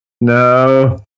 No